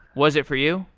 was it for you?